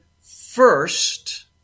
first